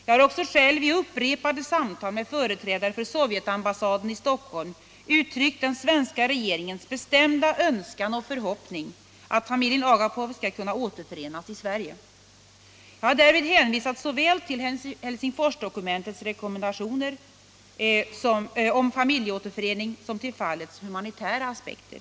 Jag har också själv i upprepade samtal med företrädare för Sovjetambassaden i Stockholm «Nr 56 uttryckt den svenska regeringens bestämda önskan och förhoppning att Onsdagen den familjen Agapov skall kunna återförenas i Sverige. Jag har därvid hänvisat 19 januari 1977 såväl till Helsingforsdokumentets rekommendationer om familjeåterför I ening som till fallets humanitära aspekter.